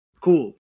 Cool